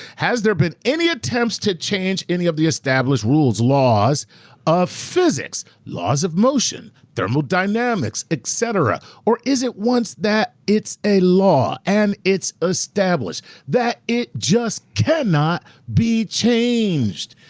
has there been any attempts to change any of the established rules laws of physics? laws of motion, thermodynamics, et cetera. or is it once that it's a law and it's established that it just cannot be changed?